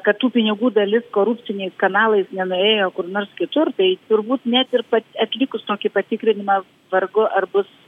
kad tų pinigų dalis korupciniais kanalais nenuėjo kur nors kitur tai turbūt net ir atlikus tokį patikrinimą vargu ar bus